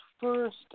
first